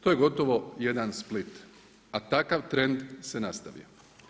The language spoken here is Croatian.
To je gotovo jedan Split, a takav trend se nastavio.